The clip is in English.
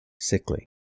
sickly